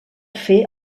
fer